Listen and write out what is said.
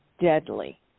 deadly